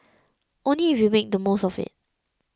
only if you make the most of it